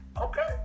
Okay